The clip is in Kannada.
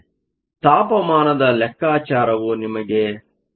ಆದ್ದರಿಂದ ತಾಪಮಾನದ ಲೆಕ್ಕಾಚಾರವು ನಿಮಗೆ 61